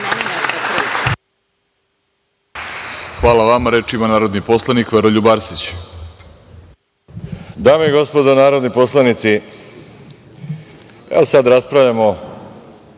Hvala vama. Reč ima narodni poslanik Veroljub Arsić.